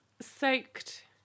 Soaked